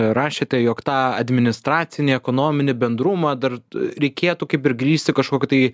rašėte jog tą administracinį ekonominį bendrumą dar reikėtų kaip ir grįsti kažkokiu tai